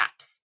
apps